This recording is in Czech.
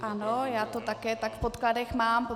Ano, já to také tak v podkladech mám.